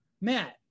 Matt